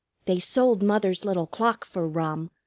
they sold mother's little clock for rum,